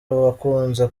wakunze